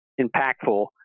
impactful